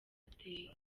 ateye